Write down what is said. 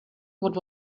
what